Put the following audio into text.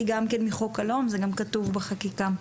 מחוק הלאום, וזה גם כתוב בחקיקה.